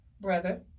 brother